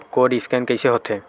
Code scan कइसे होथे?